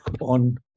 on